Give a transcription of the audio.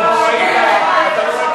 לא היית פה, בושה,